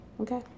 Okay